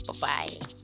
Bye-bye